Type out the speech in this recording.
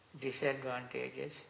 disadvantages